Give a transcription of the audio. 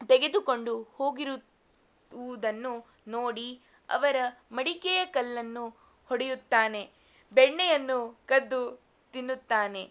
ತೆಗೆದುಕೊಂಡು ಹೋಗಿರುವುದನ್ನು ನೋಡಿ ಅವರ ಮಡಿಕೆಯ ಕಲ್ಲನ್ನು ಹೊಡೆಯುತ್ತಾನೆ ಬೆಣ್ಣೆಯನ್ನು ಕದ್ದು ತಿನ್ನುತ್ತಾನೆ